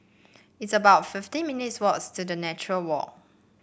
it's about fifty minutes' walk to Nature Walk